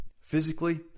Physically